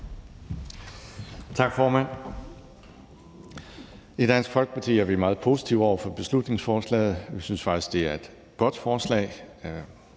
Tak, formand. I Dansk Folkeparti er vi meget positive over for beslutningsforslaget. Vi synes faktisk, det er et godt forslag,